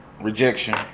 rejection